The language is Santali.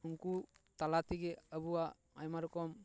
ᱩᱱᱠᱩ ᱛᱟᱞᱟ ᱛᱮᱜᱮ ᱟᱵᱚᱣᱟᱜ ᱟᱭᱢᱟ ᱨᱚᱠᱚᱢ